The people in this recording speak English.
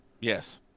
Yes